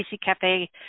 Cafe